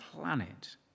planet